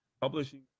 publishing